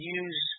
use